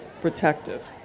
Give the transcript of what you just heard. protective